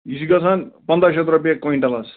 یہِ چھِ گژھان پنٛداہ شَتھ رۄپیہِ کۄینٛٹَل حظ